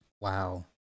Wow